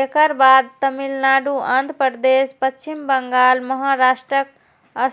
एकर बाद तमिलनाडु, आंध्रप्रदेश, पश्चिम बंगाल, महाराष्ट्रक